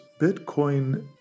Bitcoin